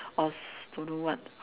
or s~ don't know what